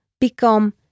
become